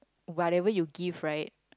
whatever you give right